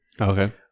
Okay